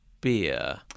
beer